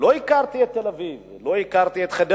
אני מוכרח לומר שלא הכרתי את תל-אביב ולא הכרתי את חדרה.